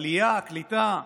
מעלייה, מקליטה,